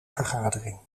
vergadering